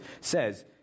says